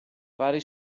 vari